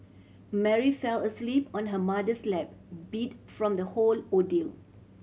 Mary fell asleep on her mother's lap beat from the whole ordeal